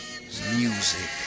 Music